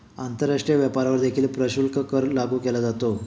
आंतरराष्ट्रीय व्यापारावर देखील प्रशुल्क कर लागू केला जातो